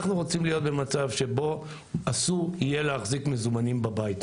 אנחנו רוצים להיות במצב שבו אסור יהיה להחזיק מזומנים בבית,